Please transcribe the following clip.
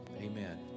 amen